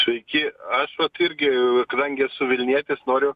sveiki aš vat irgi kadangi esu vilnietis noriu